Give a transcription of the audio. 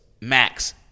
Max